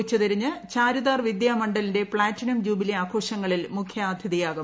ഉച്ചതിരിഞ്ഞ് ചാരുതാർ വിദ്യാമണ്ഡലിന്റെ platinum jubilee ആഘോഷങ്ങളിൽ മുഖ്യാതിഥിയാകും